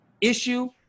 issue